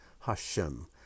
Hashem